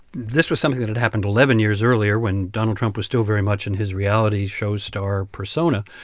this was something that had happened eleven years earlier when donald trump was still very much in his reality show star persona.